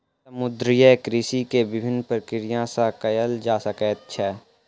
समुद्रीय कृषि के विभिन्न प्रक्रिया सॅ कयल जा सकैत छै